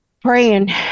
praying